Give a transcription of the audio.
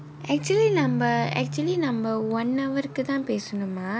actually நம்ம:namma actually நம்ம:namma one hour க்கு தான் பேசனுமா:ku thaan pesanumaa